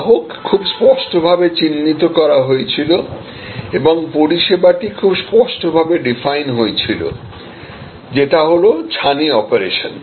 গ্রাহক খুব স্পষ্টভাবে চিহ্নিত করা হয়েছিল এবং পরিষেবাটি খুব স্পষ্টভাবে ডিফাইন হয়েছিলযেটা হলো ছানি অপারেশন